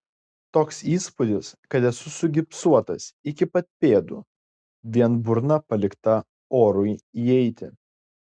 toks įspūdis kad esu sugipsuotas iki pat pėdų vien burna palikta orui įeiti